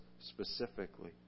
specifically